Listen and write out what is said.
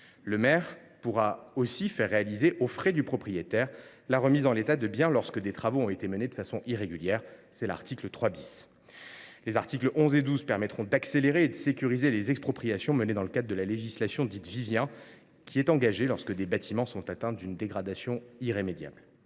Le maire pourra aussi faire réaliser, aux frais du propriétaire, la remise en état de biens lorsque des travaux ont été menés de façon irrégulière – c’est l’article 3 . Les articles 11 et 12 permettront quant à eux d’accélérer et de sécuriser les expropriations menées dans le cadre de la législation dite Vivien, qui est engagée lorsque des bâtiments sont atteints d’une dégradation irrémédiable.